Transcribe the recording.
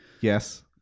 Yes